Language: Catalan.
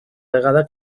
vegada